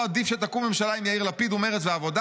עדיף שתקום ממשלה עם יאיר לפיד ומרצ והעבודה,